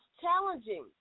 challenging